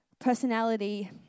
personality